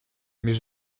mais